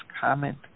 comment